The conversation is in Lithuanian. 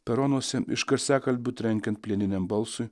peronuose iš garsiakalbių trenkiant plieniniam balsui